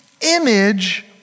image